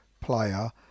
player